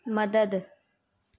मदद